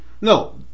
No